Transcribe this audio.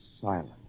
silence